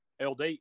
LD